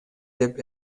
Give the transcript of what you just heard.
деп